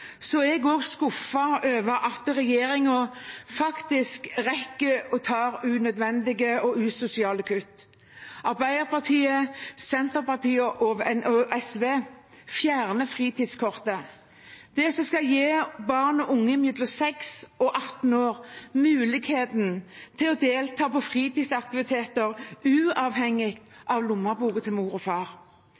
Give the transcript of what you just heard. jeg også skuffet over at regjeringen faktisk rekker å ta unødvendige og usosiale kutt. Arbeiderpartiet, Senterpartiet og SV fjerner fritidskortet, det som skal gi barn og unge mellom 6 og 18 år muligheten til å delta på fritidsaktiviteter, uavhengig av lommeboken til mor og far.